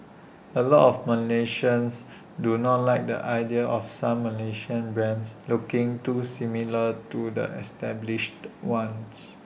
A lot of Malaysians do not like the idea of some Malaysian brands looking too similar to the established ones